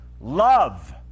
love